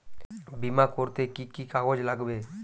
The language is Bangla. বিমা করতে কি কি কাগজ লাগবে?